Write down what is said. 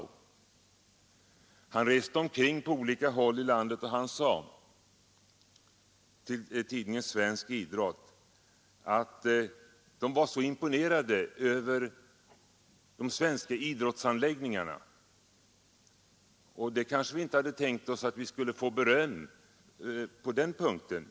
Delegationen reste omkring på olika håll i landet, och herr Pavlov sade till tidningen Svensk Idrott att han var mycket imponerad över de svenska idrottsanläggningarna. Det kanske vi inte hade väntat oss att få beröm på den punkten.